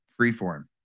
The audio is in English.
freeform